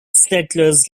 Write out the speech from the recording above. settlers